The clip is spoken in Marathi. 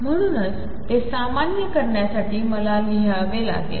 म्हणूनच ते सामान्य करण्यासाठी मला लिहावे लागेल